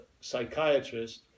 psychiatrist